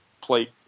plate